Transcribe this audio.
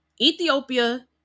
Ethiopia